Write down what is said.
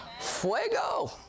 Fuego